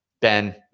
Ben